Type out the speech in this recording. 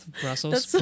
Brussels